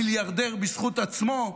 מיליארדר בזכות עצמו,